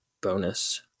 bonus